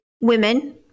women